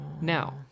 Now